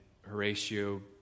Horatio